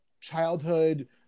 childhood